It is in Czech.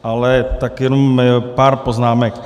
Ale tak jenom pár poznámek.